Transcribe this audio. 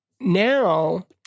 now